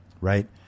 right